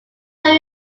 that